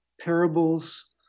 parables